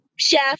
chef